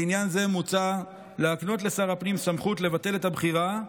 לעניין זה מוצע להקנות לשר הפנים סמכות לבטל את הבחירה,